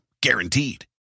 Guaranteed